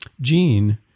Gene